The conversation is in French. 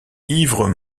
ivre